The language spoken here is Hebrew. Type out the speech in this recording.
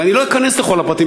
ואני לא אכנס לכל הפרטים,